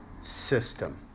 system